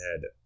head